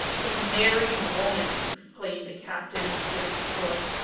a married woman! exclaimed the captain, with bitter scorn.